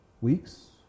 weeks